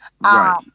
Right